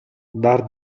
dar